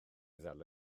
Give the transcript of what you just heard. ddal